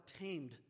tamed